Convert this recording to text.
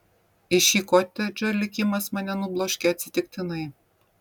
į šį kotedžą likimas mane nubloškė atsitiktinai